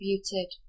distributed